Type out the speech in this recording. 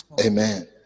Amen